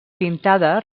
pintada